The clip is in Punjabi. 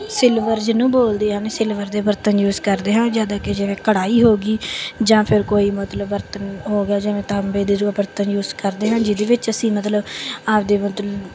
ਸਿਲਵਰ ਜਿਹਨੂੰ ਬੋਲਦੇ ਹਨ ਸਿਲਵਰ ਦੇ ਬਰਤਨ ਯੂਜ਼ ਕਰਦੇ ਹਾਂ ਜ਼ਿਆਦਾ ਕਿ ਜਿਵੇਂ ਕੜਾਹੀ ਹੋ ਗਈ ਜਾਂ ਫਿਰ ਕੋਈ ਮਤਲਬ ਬਰਤਨ ਹੋ ਗਿਆ ਜਿਵੇਂ ਤਾਂਬੇ ਦੇ ਜੋ ਆਪਾਂ ਬਰਤਨ ਯੂਜ਼ ਕਰਦੇ ਹਨ ਜਿਹਦੇ ਵਿੱਚ ਅਸੀਂ ਮਤਲਬ ਆਪਣੇ ਮਤਲਬ